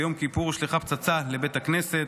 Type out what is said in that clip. ביום כיפור הושלכה פצצה לבית הכנסת,